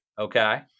Okay